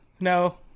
no